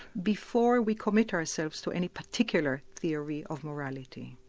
before we commit ourselves to any particular theory of morality.